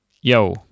Yo